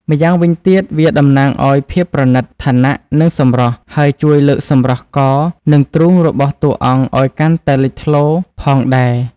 ម្យ៉ាងវិញទៀតវាតំណាងឲ្យភាពប្រណីត ឋានៈ និងសម្រស់ ហើយជួយលើកសម្រស់ក និងទ្រូងរបស់តួអង្គឲ្យកាន់តែលេចធ្លោផងដែរ។